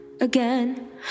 again